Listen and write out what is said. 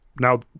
Now